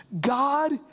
God